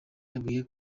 yabwiye